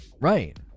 right